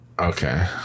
Okay